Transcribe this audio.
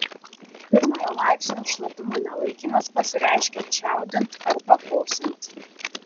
pirmojo laipsnio šlapimo nelaikymas pasireiškia čiaudint arba kosint